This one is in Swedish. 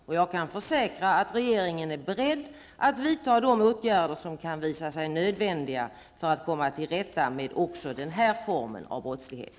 Och jag kan försäkra att regeringen är beredd att vidta de åtgärder som kan visa sig nödvändiga för att komma till rätta med också den här formen av brottslighet.